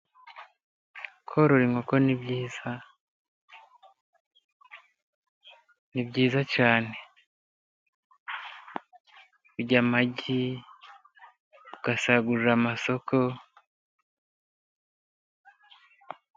Korora inkoko ni byiza, ni byiza cyane. Urya amagi, ugasagurira amasoko.